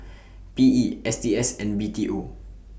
P E S T S and B T O